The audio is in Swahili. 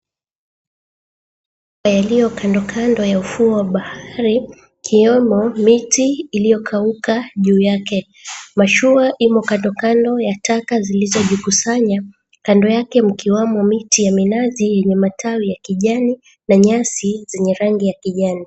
Yaliyo kando kando ya ufuo wa bahari ikiyomo miti iliyokauka juu yake. Mashua imo kandokando ya taka zilizojikusanya, kando yake mkiwamo miti ya minazi yenye matawi ya kijani, na nyasi zenye rangi ya kijani.